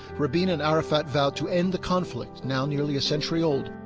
rabin and arafat vowed to end the conflict, now nearly a century old